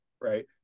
right